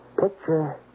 Picture